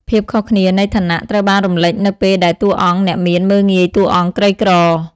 ភាពខុសគ្នានៃឋានៈ ត្រូវបានរំលេចនៅពេលដែលតួអង្គអ្នកមានមើលងាយតួអង្គក្រីក្រ។